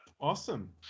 awesome